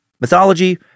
mythology